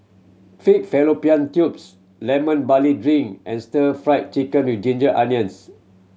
pig fallopian tubes Lemon Barley Drink and Stir Fried Chicken With Ginger Onions